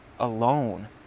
Alone